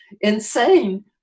insane